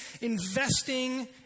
investing